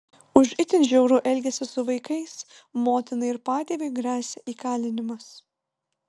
už itin žiaurų elgesį su vaikais motinai ir patėviui gresia įkalinimas